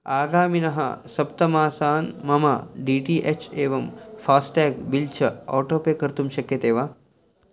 आगामिनः सप्तमासान् मम डी टी एच् एवं फ़ास्टेग् बिल् च आटो पे कर्तुं शक्यते वा